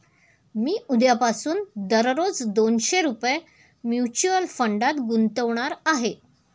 मी उद्यापासून दररोज दोनशे रुपये म्युच्युअल फंडात गुंतवणार आहे